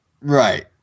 Right